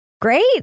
great